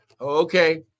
Okay